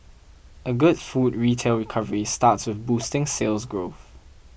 a good food retail recovery starts with boosting Sales Growth